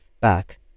back